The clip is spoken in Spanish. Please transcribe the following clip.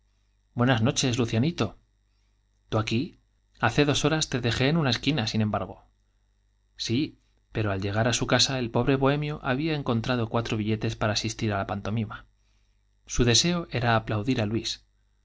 buenas noches lucianito tú aquí p hace dos horas te dejé en una esquina sin embargo sí pero al llegar á su casa el pobre bohemio había encontrado cuatro billetes á para asistir la pantomima su deseo era aplaudir á luis